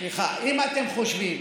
סליחה, אם אתם חושבים